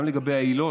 גם לגבי העילות,